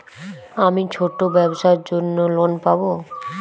আমি ছোট ব্যবসার জন্য লোন পাব?